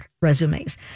resumes